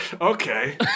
Okay